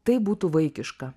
tai būtų vaikiška